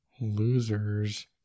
losers